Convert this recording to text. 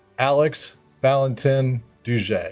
alex valentin duge yeah